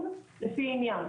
לפי העניין,